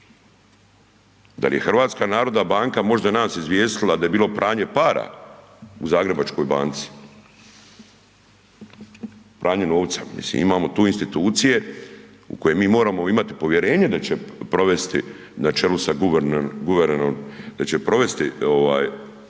Dal je HNB možda nas izvijestila da je bilo pranje para u Zagrebačkoj banci? Pranje novca. Mislim imao tu institucije u koje mi moramo imati povjerenje da će provesti na čelu sa guvernerom da će provesti